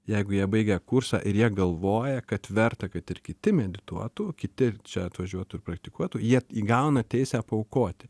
jeigu jie baigia kursą ir jie galvoja kad verta kad ir kiti medituotų kiti čia atvažiuotų praktikuotų jie įgauna teisę paaukoti